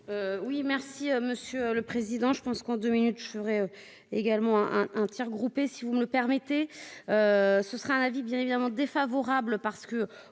Oui, merci Monsieur le Président, je pense qu'en 2 minutes, je ferais également un un Tir groupé, si vous me le permettez, ce sera un avis bien évidemment défavorable parce que,